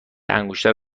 انگشتر